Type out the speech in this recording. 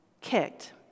kicked